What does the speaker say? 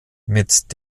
mit